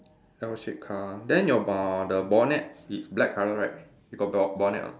L shape car then your bo~ the bonnet is black colour right you got bo~ bonnet or not